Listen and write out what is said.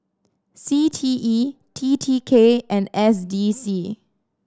C T E T T K and S D C